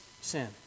sin